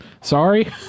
sorry